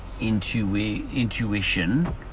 intuition